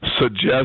suggest